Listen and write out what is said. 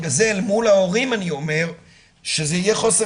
בגלל זה אל מול ההורים אני אומר שזה יהיה חוסר